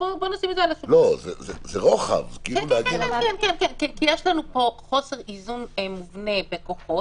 זה קורה כי יש לנו פה חוסר איזון מובנה בכוחות,